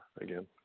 again